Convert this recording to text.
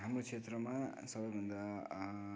यो क्षेत्रमा सबैभन्दा